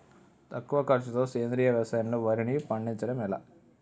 తక్కువ ఖర్చుతో సేంద్రీయ వ్యవసాయంలో వారిని పండించడం ఎలా?